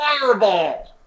fireball